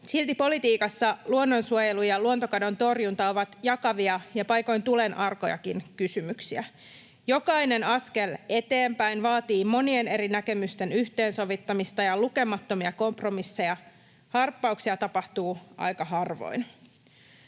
Silti politiikassa luonnonsuojelu ja luontokadon torjunta ovat jakavia ja paikoin tulenarkojakin kysymyksiä. Jokainen askel eteenpäin vaatii monien eri näkemysten yhteensovittamista ja lukemattomia kompromisseja, harppauksia tapahtuu aika harvoin.